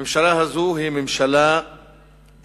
הממשלה הזאת היא ממשלה קשוחת